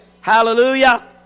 Hallelujah